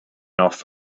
off